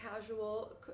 casual